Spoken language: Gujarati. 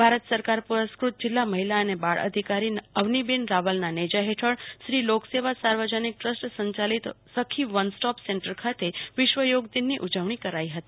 ભારત સરકાર પુરસ્ક્રત જિલ્લા મહિલા અને બાળ અધિકાર અવનીબેન રાવલના નેજા હેઠળ શ્રી લોકસેવા સાર્વજનીક ટ્રસ્ટ સંચાલિત સખી વન સ્ટોપ સેન્ટર ખાતે વિશ્વ યોગ દિનની ઉજવણી કરાઈ હતી